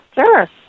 sure